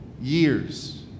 years